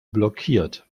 blockiert